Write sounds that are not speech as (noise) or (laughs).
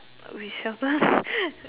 whichever (laughs)